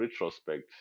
retrospect